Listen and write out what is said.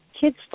kids